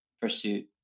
pursuit